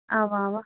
اَوا اَوا